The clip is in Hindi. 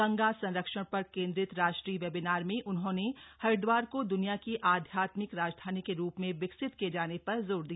गंगा संरक्षण पर केंद्रित राष्ट्रीय वेबीनार में उन्होंने हरिद्वार को दुनिया की आध्यात्मिक राजधानी के रूप में विकसित किए जाने पर जोर दिया